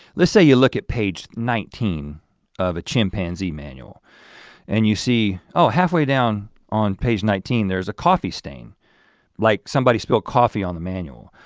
let's say you look at page nineteen of a chimpanzee manual and you see oh, halfway down on page nineteen there's a coffee stain like somebody spilled coffee on the